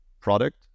product